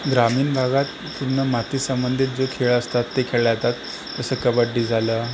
ग्रामीण भागात पूर्ण मातीसंबंधित जो खेळ असतात ते खेळल्या जातात जसं कबड्डी झालं